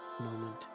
moment